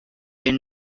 and